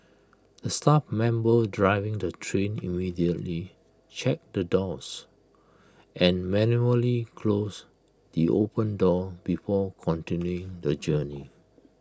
the staff member driving the train immediately checked the doors and manually closed the open door before continuing the journey